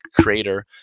creator